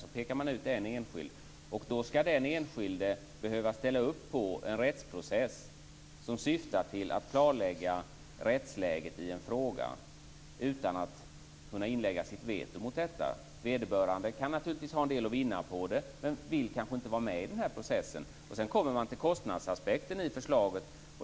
Man pekar ut en enskild som skall behöva ställa upp i en rättsprocess syftande till att klarlägga rättsläget i en fråga, utan att denne kan inlägga sitt veto mot detta. Vederbörande kan naturligtvis ha en del att vinna på det men vill kanske inte vara med i den här processen. Jag kommer så till kostnadsaspekten i förslaget.